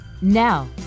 Now